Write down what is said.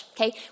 okay